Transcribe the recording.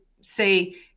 say